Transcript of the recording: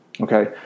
Okay